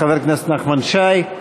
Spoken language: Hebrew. חבר הכנסת נחמן שי.